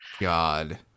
God